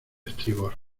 estribor